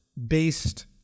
based